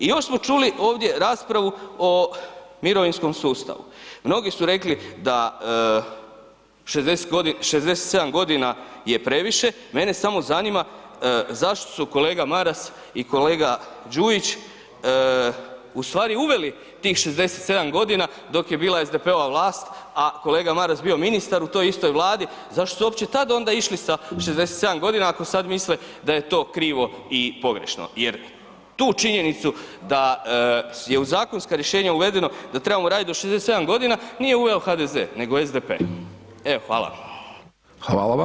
I još smo čuli ovdje raspravu o mirovinskom sustavu, mnogi su rekli da 67.g. je previše, mene samo zanima zašto su kolega Maras i kolega Đujić u stvari uveli tih 67.g. dok je bila SDP-ova vlast, a kolega Maras bio ministar u toj istoj Vladi, zašto su uopće tad onda išli sa 67.g. ako sad misle da je to krivo i pogrešno jer tu činjenicu da je u zakonska rješenja uvedeno da trebamo radit do 67.g. nije uveo HDZ, nego SDP, evo hvala.